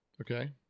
Okay